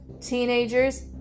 Teenagers